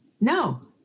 no